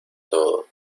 todo